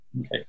Okay